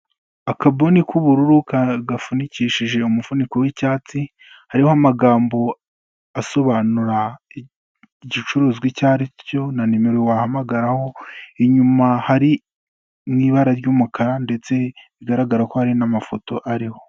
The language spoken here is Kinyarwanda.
Akabuni k'ubururu gafunikishije umufuniko w'icyatsi, hariho amagambo asobanura igicuruzwa icyo ari cyo na nimero wahamagaraho, inyuma hari mu ibara ry'umukara ndetse bigaragara ko hari n'amafoto ariho.